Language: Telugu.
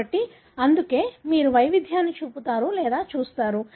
కాబట్టి అందుకే మీరు వైవిధ్యాన్ని చూపుతారు లేదా చూస్తారు